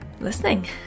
listening